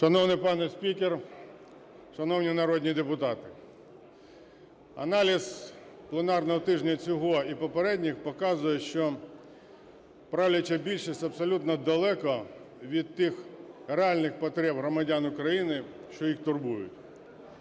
Шановний пане спікер! Шановні народні депутати! Аналіз пленарного тижня цього і попередніх показує, що правляча більшість абсолютно далека від тих реальних потреб громадян України, що їх турбують.